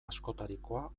askotarikoa